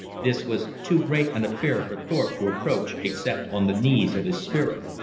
this was too great an affair for thorpe to approach except on the knees of his spirit.